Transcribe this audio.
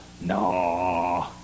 no